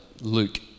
Luke